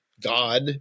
God